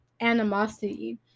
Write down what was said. animosity